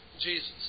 Jesus